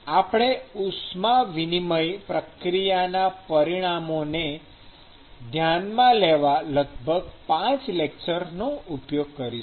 આપણે ઉષ્મા વિનિમય પ્રક્રિયાના પરિમાણોને ધ્યાનમાં લેવા લગભગ ૫ લેક્ચર્સનો ઉપયોગ કરીશું